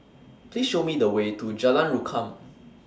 Please Show Me The Way to Jalan Rukam